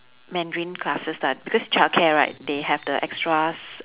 mandarin classes lah because childcare right they have the extras